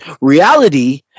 reality